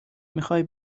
میخای